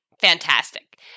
Fantastic